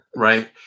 right